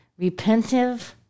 repentive